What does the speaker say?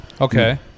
Okay